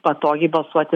patogiai balsuoti